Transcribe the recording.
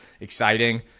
exciting